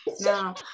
No